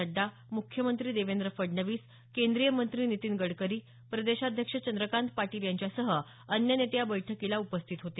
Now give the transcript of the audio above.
नड्डा म्ख्यमंत्री देवेंद्र फडणवीस केंद्रीय मंत्री नितीन गडकरी प्रदेशाध्यक्ष चंद्रकांत पाटील यांच्यासह अन्य नेते या बैठकीला उपस्थित होते